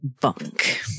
bunk